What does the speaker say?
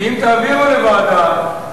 כי אם תעבירו לוועדה,